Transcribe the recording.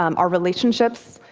um our relationships,